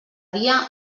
dia